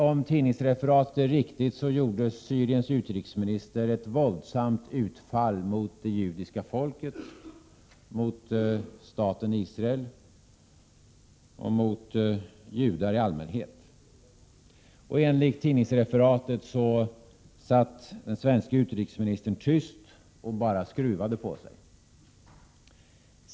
Om tidningsreferatet är riktigt, gjorde Syriens utrikesminis ter ett våldssamt utfall mot det judiska folket, mot staten Israel och mot judar i allmänhet. Enligt tidningsreferatet satt den svenske utrikesministern tyst och bara skruvade på sig.